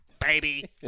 baby